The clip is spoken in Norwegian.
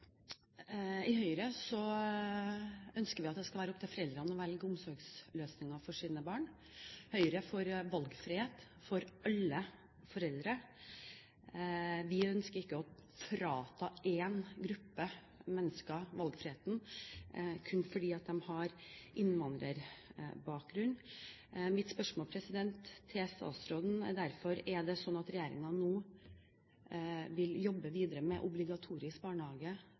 I Høyre ønsker vi at det skal være opp til foreldrene å velge omsorgsløsninger for sine barn. Høyre er for valgfrihet for alle foreldre. Vi ønsker ikke å frata en gruppe mennesker valgfriheten kun fordi de har innvandrerbakgrunn. Mitt spørsmål til statsråden er derfor: Er det slik at regjeringen nå vil jobbe videre med obligatorisk barnehage